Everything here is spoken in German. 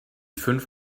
fünf